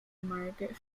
margaret